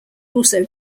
also